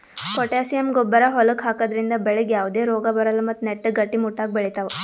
potassium ಗೊಬ್ಬರ್ ಹೊಲಕ್ಕ್ ಹಾಕದ್ರಿಂದ ಬೆಳಿಗ್ ಯಾವದೇ ರೋಗಾ ಬರಲ್ಲ್ ಮತ್ತ್ ನೆಟ್ಟಗ್ ಗಟ್ಟಿಮುಟ್ಟಾಗ್ ಬೆಳಿತಾವ್